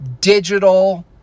digital